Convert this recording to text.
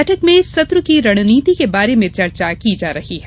बैठक में सत्र की रणनीति के बारे में चर्चा की जा रही है